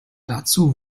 dazu